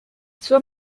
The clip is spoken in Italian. suo